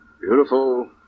Beautiful